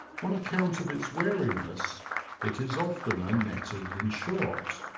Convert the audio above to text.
on account of its wariness it is oftener netted than shot.